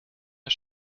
der